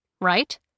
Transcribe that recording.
right